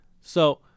So-